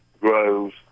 grows